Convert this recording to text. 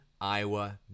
Iowa